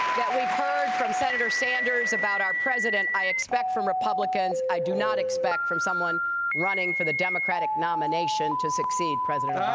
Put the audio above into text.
that we've heard from senator sanders about our president i expect from republicans. i do not expect from someone running for the democratic nomination to succeed president um